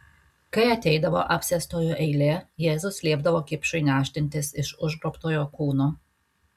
kai ateidavo apsėstojo eilė jėzus liepdavo kipšui nešdintis iš užgrobtojo kūno